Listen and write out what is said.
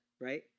right